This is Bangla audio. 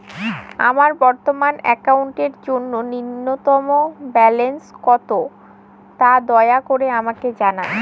আমার বর্তমান অ্যাকাউন্টের জন্য ন্যূনতম ব্যালেন্স কত, তা দয়া করে আমাকে জানান